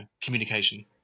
communication